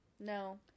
No